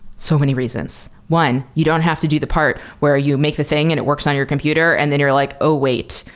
so many reasons. one, you don't have to do the part where you make the thing and it works on your computer and then you're like, oh, wait.